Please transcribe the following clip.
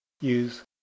use